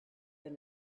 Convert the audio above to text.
than